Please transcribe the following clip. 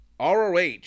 roh